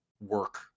work